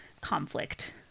conflict